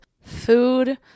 food